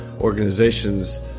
organizations